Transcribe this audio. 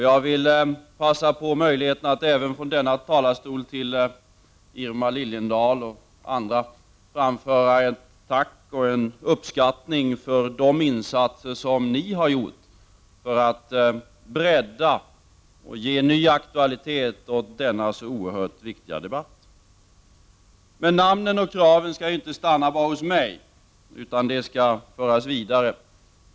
Jag tar möjligheten att även från denna talarstol framföra ett tack och en uppskattning till Irma Lilliendahl och även till andra för de insatser ni har gjort för att bredda och ge ny aktualitet åt denna så oerhört viktiga debatt. Men namnen och kraven skall inte stanna bara hos mig, utan de skall föras vidare.